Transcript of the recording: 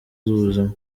z’ubuzima